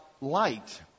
light